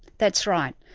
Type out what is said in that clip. that's right.